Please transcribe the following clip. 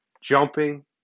Jumping